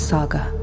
Saga